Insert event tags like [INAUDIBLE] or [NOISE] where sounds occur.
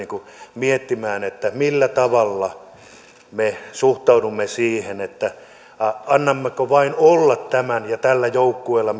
miettimään millä tavalla me suhtaudumme siihen annammeko vain olla tämän ja pyrimmekö tällä joukkueella [UNINTELLIGIBLE]